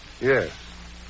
Yes